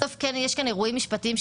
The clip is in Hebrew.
בסוף כן יש כאן אירועים משפטיים.